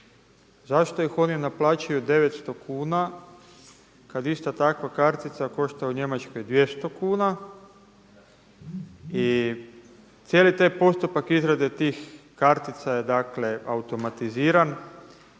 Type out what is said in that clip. zašto ih oni naplaćuju 900 kuna kada ista takva kartica košta u Njemačkoj 200 kuna i cijeli taj postupak izrade tih kartica je dakle automatiziran